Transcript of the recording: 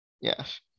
Yes